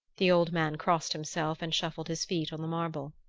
the old man crossed himself and shuffled his feet on the marble.